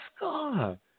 God